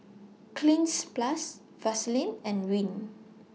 Cleanz Plus Vaselin and Rene